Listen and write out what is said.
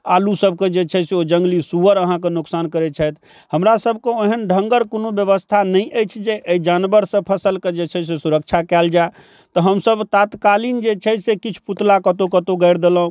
आलू सबके जे छै से ओ जङ्गली सुगर अहाँके नुकसान करै छथि हमरा सभके ओहन ढङ्गगर कोनो व्यवस्था नहि अछि जे एहि जानवरसँ फसलके जे छै से सुरक्षा कयल जाय तऽ हमसब तात्कालीन जे छै से किछु पुतला कतौ कतौ गाड़ि देलहुॅं